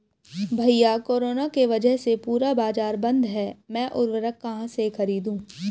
भैया कोरोना के वजह से पूरा बाजार बंद है मैं उर्वक कहां से खरीदू?